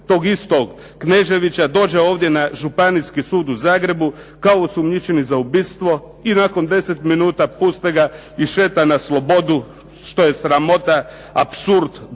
tog istog Kneževića dođe ovdje na Županijski sud u Zagrebu kao osumnjičeni za ubistvo i nakon 10 minuta puste ga i šeta na slobodu što je sramota, apsurd dolično